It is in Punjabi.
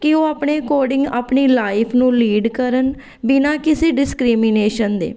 ਕਿ ਉਹ ਆਪਣੇ ਅਕੋਡਿੰਗ ਆਪਣੀ ਲਾਈਫ਼ ਨੂੰ ਲੀਡ ਕਰਨ ਬਿਨਾਂ ਕਿਸੇ ਡਿਸਕ੍ਰੀਮੀਨੇਸ਼ਨ ਦੇ